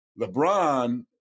LeBron